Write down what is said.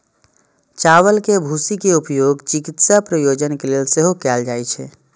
चावल के भूसी के उपयोग चिकित्सा प्रयोजन लेल सेहो कैल जाइ छै